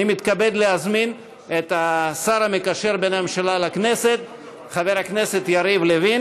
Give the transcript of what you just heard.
אני מתכבד להזמין את השר המקשר בין הממשלה לכנסת חבר הכנסת יריב לוין